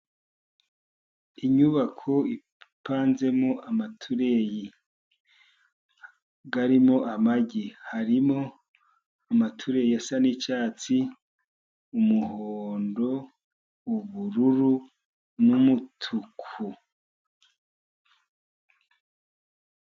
Inyubako ipanzemo amatureyi arimo amagi. Harimo amatureyi asa n'icyatsi, umuhondo, ubururu n'umutuku.